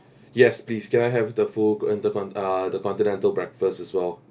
yes please can I have the full co~ intercon~ uh the continental breakfast as well